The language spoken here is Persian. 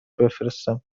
بفرستم